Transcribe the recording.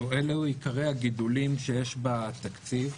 אלו עיקרי הגידולים שיש בתקציב.